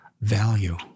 value